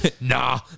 Nah